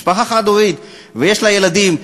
משפחה חד-הורית שיש בה ילדים,